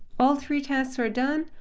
all three tasks are done.